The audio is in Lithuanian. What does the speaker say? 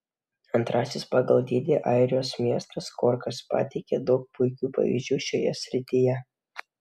antrasis pagal dydį airijos miestas korkas pateikia daug puikių pavyzdžių šioje srityje